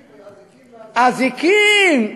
אזיקים.